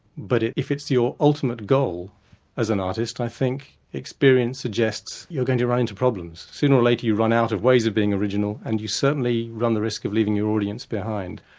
but if it's your ultimate goal as an artist i think experience suggests you're going to run into problems. sooner or later you run out of ways of being original and you certainly run the risk of leaving your audience behind.